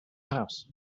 house